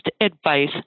advice